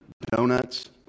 Donuts